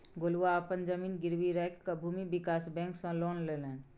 गोलुआ अपन जमीन गिरवी राखिकए भूमि विकास बैंक सँ लोन लेलनि